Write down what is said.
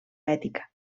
ètica